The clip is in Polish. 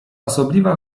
osobliwa